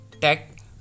tech